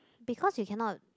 because you cannot